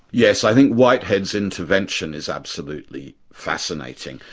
yes, i think whitehead's intervention is absolutely fascinating.